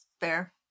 fair